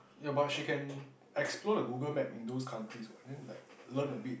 but she can explore the Google Maps in those countries what then like learn a bit